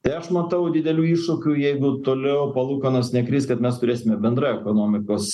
tai aš matau didelių iššūkių jeigu toliau palūkanos nekris kad mes turėsime bendrai ekonomikos